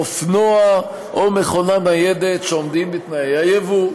אופנוע או מכונה ניידת שעומדים בתנאי היבוא.